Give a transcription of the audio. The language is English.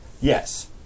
Yes